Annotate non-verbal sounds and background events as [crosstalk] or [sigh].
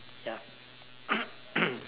ya [coughs]